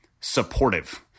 supportive